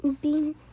Bean